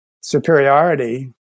superiority